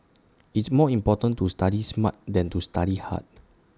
it's more important to study smart than to study hard